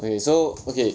okay so okay